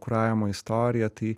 kuravimo istoriją tai